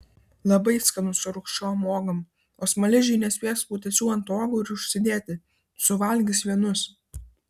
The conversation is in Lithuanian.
labai skanu su rūgščiom uogom o smaližiai nespės putėsių ant uogų ir užsidėti suvalgys vienus